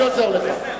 אני עוזר לך.